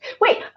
Wait